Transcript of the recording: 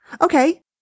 Okay